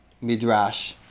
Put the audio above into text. Midrash